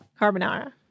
Carbonara